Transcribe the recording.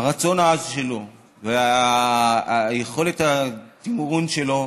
הרצון העז שלו ויכולת התמרון שלו,